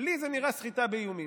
לי זה נראה סחיטה באיומים.